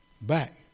back